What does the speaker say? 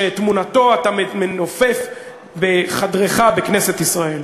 שאת תמונתו אתה מנופף בחדרך בכנסת ישראל.